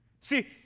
See